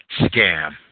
scam